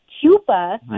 Cuba